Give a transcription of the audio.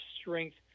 Strength